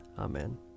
Amen